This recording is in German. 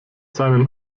seinen